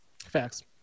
Facts